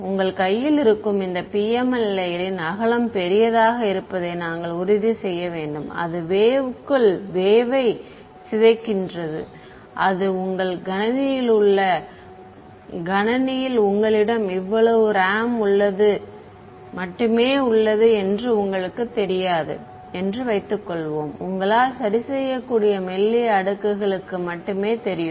உங்கள் கையில் இருக்கும் இந்த PML லேயரின் அகலம் பெரியதாக இருப்பதை நாங்கள் உறுதி செய்ய வேண்டும் அது வேவ்க்குள் வேவ்வை சிதைக்கின்றது அது உங்கள் கணினியில் உங்களிடம் இவ்வளவு ரேம் மட்டுமே உள்ளது என்று உங்களுக்குத் தெரியாது என்று வைத்துக்கொள்வோம் உங்களால் சரிசெய்ய கூடிய மெல்லிய அடுக்குகளுக்கு மட்டுமே தெரியும்